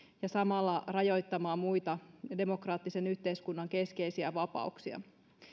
ja samalla rajoittamaan muita demokraattisen yhteiskunnan keskeisiä vapauksia